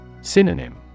Synonym